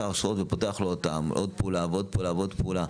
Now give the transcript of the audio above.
ההרשאות ופותח לו אפשרות לעוד פעולה ועוד פעולה,